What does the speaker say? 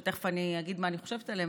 שתכף אני אגיד מה אני חושבת עליהן,